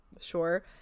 Sure